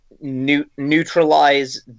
neutralize